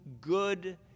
good